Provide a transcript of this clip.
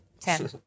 ten